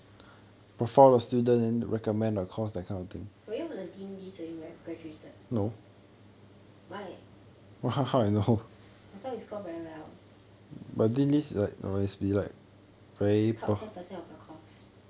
were you on the dean list when you graduated why I thought you score very well top ten percent of your course